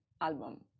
album